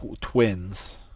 Twins